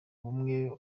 bumwe